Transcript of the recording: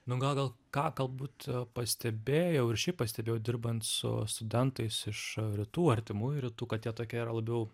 nu gal gal ką galbūt pastebėjau ir šiaip pastebėjau dirbant su studentais iš rytų artimųjų rytų kad jie tokie yra labiau